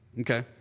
Okay